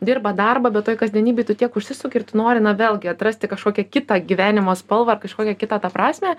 dirba darbą bet toj kasdienybėj tu tiek užsisuki ir tu nori na vėlgi atrasti kažkokią kitą gyvenimo spalvą ar kažkokią kitą tą prasmę